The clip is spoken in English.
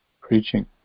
preaching